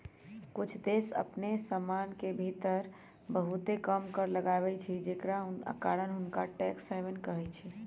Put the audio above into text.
कुछ देश अप्पन सीमान के भीतर बहुते कम कर लगाबै छइ जेकरा कारण हुंनका टैक्स हैवन कहइ छै